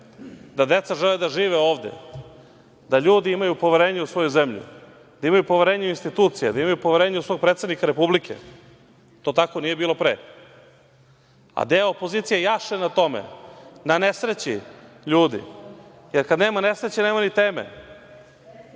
poverenje u svoju zemlju, da imaju poverenje u svoju zemlju, da imaju poverenje u institucije, da imaju poverenje u svog predsednika Republike. To tako nije bilo pre. Deo opozicije jaše na tome, na nesreći ljudi jer kad nema nesreće nema ni teme.